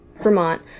Vermont